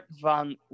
van